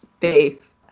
faith